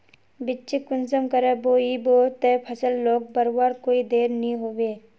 बिच्चिक कुंसम करे बोई बो ते फसल लोक बढ़वार कोई देर नी होबे?